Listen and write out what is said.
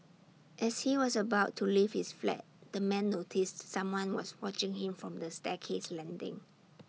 as he was about to leave his flat the man noticed someone was watching him from the staircase landing